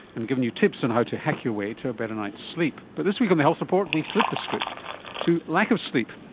and given you tips on how to hack your way to a better night's sleep. but this week on the health report we flip the script to lack of sleep.